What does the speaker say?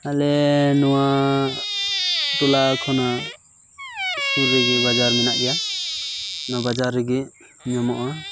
ᱟᱞᱮ ᱱᱚᱣᱟ ᱴᱚᱞᱟ ᱠᱷᱚᱱᱟᱜ ᱥᱩᱨ ᱨᱮᱜᱮ ᱵᱟᱡᱟᱨ ᱢᱮᱱᱟᱜ ᱜᱮᱭᱟ ᱚᱱᱟ ᱵᱟᱡᱟᱨ ᱨᱮᱜᱮ ᱧᱟᱢᱚᱜᱼᱟ